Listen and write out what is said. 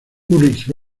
ulrich